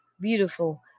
beautiful